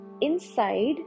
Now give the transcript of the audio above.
inside